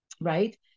right